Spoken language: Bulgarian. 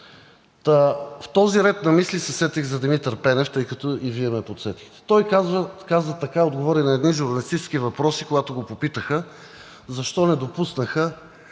в този ред на мисли се сетих за Димитър Пенев, тъй като и Вие ме подсетихте. На едни журналистически въпроси, когато го попитаха: „Защо не допуснаха